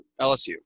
LSU